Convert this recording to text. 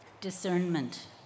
Discernment